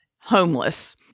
homeless